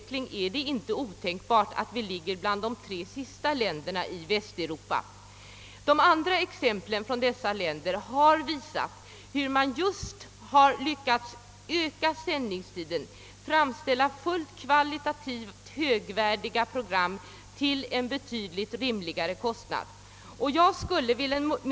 Det är inte otänkbart att vi i dag ligger bland de tre sista länderna i Västeuropa. Vidare har man i andra länder lyckats öka sändningstiden och samtidigt framställa kvalitativt högvärdiga program — som sagt till betydligt rimligare kostnader än här.